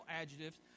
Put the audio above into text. adjectives